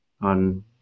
on